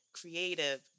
creative